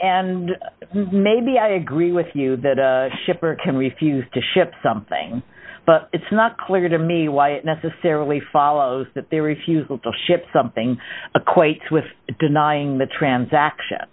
and maybe i agree with you that a shipper can refuse to ship something but it's not clear to me why it necessarily follows that their refusal to ship something quite with denying the transaction